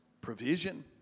provision